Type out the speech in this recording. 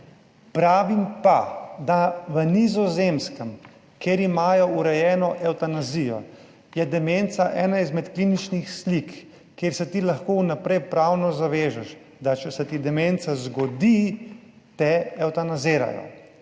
Pravim pa, da na Nizozemskem, kjer imajo urejeno evtanazijo, je demenca ena izmed kliničnih slik, kjer se ti lahko vnaprej pravno zavežeš, da če se ti demenca zgodi, te evtanazirajo